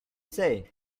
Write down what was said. say